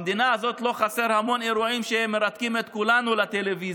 במדינה הזאת לא חסרים המון אירועים שמרתקים את כולנו לטלוויזיה,